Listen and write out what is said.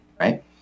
right